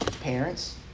parents